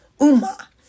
Uma